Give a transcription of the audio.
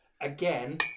again